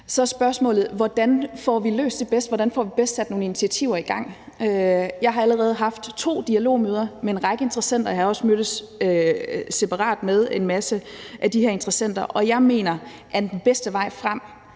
Så er spørgsmålet: Hvordan får vi løst det bedst? Hvordan får vi bedst sat nogle initiativer i gang? Jeg har allerede haft to dialogmøder med en række interessenter – jeg har også mødtes separat med en række af de her interessenter – og jeg mener, at den bedste vej frem